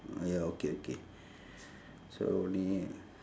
ah ya okay okay so only